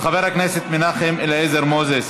מס' 9471, של חבר הכנסת מנחם אליעזר מוזס.